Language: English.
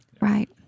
Right